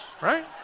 right